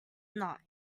not